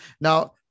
Now